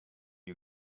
you